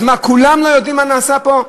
אז מה, כולם לא יודעים מה נעשה פה?